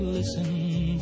listen